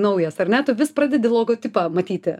naujas ar ne tu vis pradedi logotipą matyti